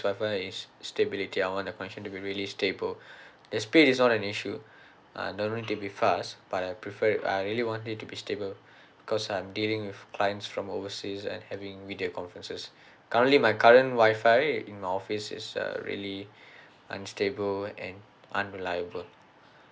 wi-fi is stability I want the function to be really stable the speed is not an issue I don't need it to be fast but I prefer I really want it to be stable because I'm dealing with clients from overseas and having video conferences currently my current wi-fi in my office is uh really unstable and unreliable